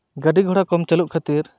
ᱜᱟᱹᱰᱤ ᱜᱷᱚᱲᱟ ᱠᱚᱢ ᱪᱟᱹᱞᱩᱜ ᱠᱷᱟᱹᱛᱤᱨ